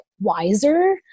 wiser